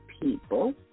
people